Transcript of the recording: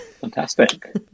Fantastic